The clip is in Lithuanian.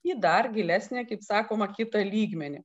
į dar gilesnę kaip sakoma kitą lygmenį